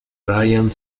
ryan